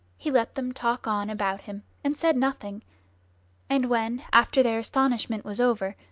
he let them talk on about him, and said nothing and when, after their astonishment was over,